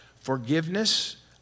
Forgiveness